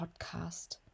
podcast